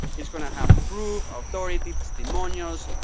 is going to have proof, authority, testimonials,